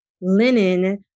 linen